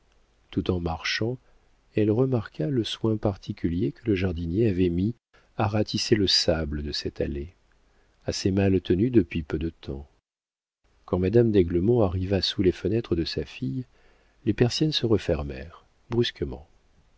tout en marchant elle remarqua le soin particulier que le jardinier avait mis à ratisser le sable de cette allée assez mal tenue depuis peu de temps quand madame d'aiglemont arriva sous les fenêtres de sa fille les persiennes se refermèrent brusquement